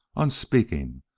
unspeaking,